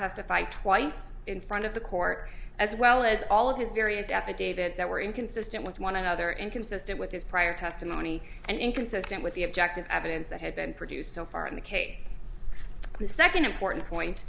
testify twice in front of the court as well as all of his various affidavits that were inconsistent with one another inconsistent with his prior testimony and inconsistent with the objective evidence that had been produced so far in the case the second important point